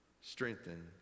strengthen